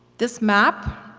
this map